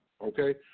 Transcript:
Okay